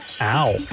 Ow